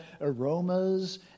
aromas